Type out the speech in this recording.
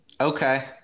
Okay